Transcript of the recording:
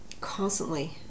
constantly